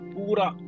Pura